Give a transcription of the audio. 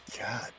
god